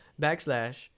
backslash